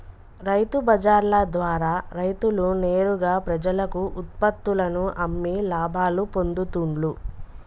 రైతు బజార్ల ద్వారా రైతులు నేరుగా ప్రజలకు ఉత్పత్తుల్లను అమ్మి లాభాలు పొందుతూండ్లు